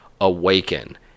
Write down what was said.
awaken